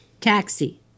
Taxi